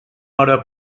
hora